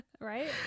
Right